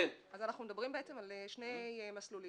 אנחנו מדברים בעצם על שני מסלולים.